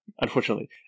unfortunately